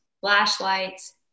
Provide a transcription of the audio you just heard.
flashlights